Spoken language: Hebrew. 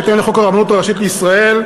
בהתאם לחוק הרבנות הראשית לישראל,